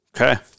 Okay